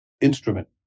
instrument